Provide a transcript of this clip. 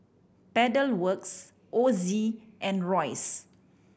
Pedal Works Ozi and Royce